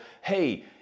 hey